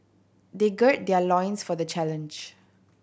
they gird their loins for the challenge